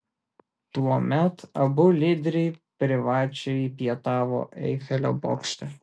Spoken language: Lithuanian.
tuomet abu lyderiai privačiai pietavo eifelio bokšte